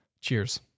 Cheers